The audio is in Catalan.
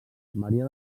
maria